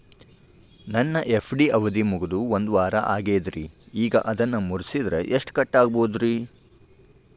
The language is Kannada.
ನನ್ನ ಎಫ್.ಡಿ ಅವಧಿ ಮುಗಿದು ಒಂದವಾರ ಆಗೇದ್ರಿ ಈಗ ಅದನ್ನ ಮುರಿಸಿದ್ರ ಎಷ್ಟ ಕಟ್ ಆಗ್ಬೋದ್ರಿ?